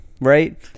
Right